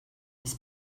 his